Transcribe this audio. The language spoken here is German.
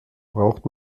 braucht